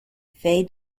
faye